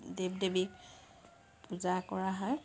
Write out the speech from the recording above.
দেৱ দেৱীক পূজা কৰা হয়